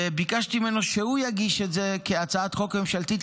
וביקשתי ממנו שהוא יגיש את זה כהצעת חוק ממשלתית,